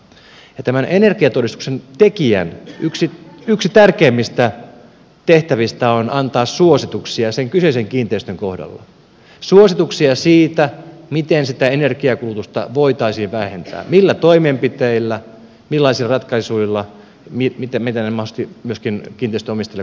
ja tämän energiatodistuksen tekijän yksi tärkeimmistä tehtävistä on antaa suosituksia sen kyseisen kiinteistön kohdalla suosituksia siitä miten sitä energiankulutusta voitaisiin vähentää millä toimenpiteillä millaisilla ratkaisuilla mitä ne mahdollisesti myöskin kiinteistön omistajalle kustannuksina aiheuttavat